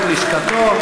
צוות לשכתו,